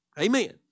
Amen